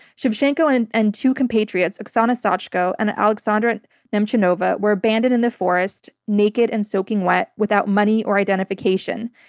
shevchenko and and two compatriots oksana so shachko and alexandra and nemchinova, were abandoned in the forest, naked and soaking wet without money or identification.